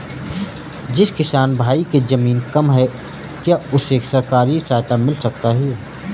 जिस किसान भाई के ज़मीन कम है क्या उसे सरकारी सहायता मिल सकती है?